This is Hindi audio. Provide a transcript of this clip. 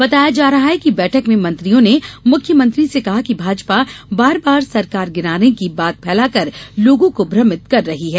बताया जा रहा है कि बैठक में मंत्रियों ने मुख्यमंत्री से कहा कि भाजपा बार बार सरकार गिराने की बात फैलाकर लोगों को भ्रमित कर रही है